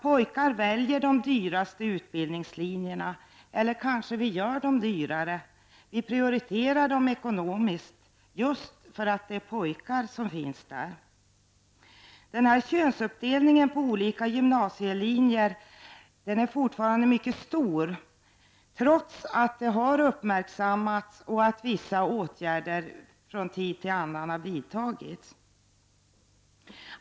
Pojkarna väljer de dyraste utbildningslinjerna, eller kanske vi gör dem dyrare -- prioriterar dem ekonomiskt -- just därför att det är pojkar som finns där. Könsuppdelningen på olika gymnasielinjer är fortfarande mycket stor, trots att detta uppmärksammats och vissa åtgärder från tid till annan vidtagits.